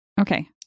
Okay